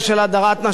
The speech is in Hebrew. של הדרת נשים,